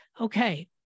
Okay